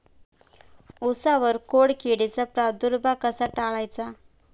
उसावर खोडकिडीचा प्रादुर्भाव कसा टाळायचा?